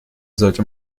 sollte